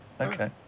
Okay